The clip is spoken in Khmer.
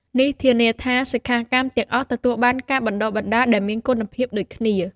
នេះធានាថាសិក្ខាកាមទាំងអស់ទទួលបានការបណ្តុះបណ្តាលដែលមានគុណភាពដូចគ្នា។